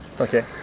Okay